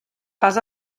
pas